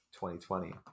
2020